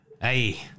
Hey